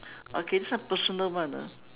okay this one personal one ah